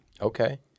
Okay